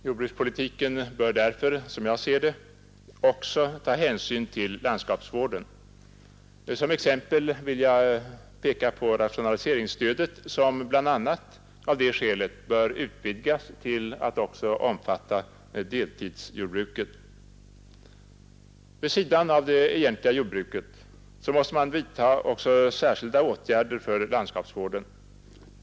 Jordbrukspolitiken bör därför, som jag ser det, också ta hänsyn till landskapsvården. Som exempel vill jag peka på rationaliseringsstödet som bl.a. av det skälet bör utvidgas till att också omfatta deltidsjordbruket. Vid sidan av det egentliga jordbruket måste man vidta särskilda åtgärder för landskapsvården.